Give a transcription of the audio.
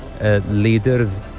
leaders